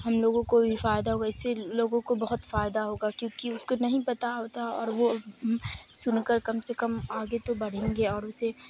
ہم لوگوں کو بھی فائدہ ہوگا اس سے لوگوں کو بہت فائدہ ہوگا کیونکہ اس کو نہیں پتا ہوتا اور وہ سن کر کم سے کم آگے تو بڑھیں گے اور اسے